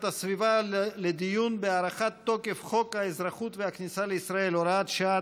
הסביבה לדיון בהארכת תוקף חוק האזרחות והכניסה לישראל (הוראת שעה),